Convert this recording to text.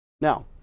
Now